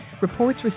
Reports